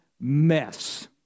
mess